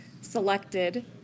selected